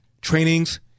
trainings